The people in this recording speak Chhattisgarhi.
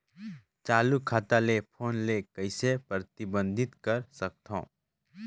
चालू खाता ले फोन ले कइसे प्रतिबंधित कर सकथव?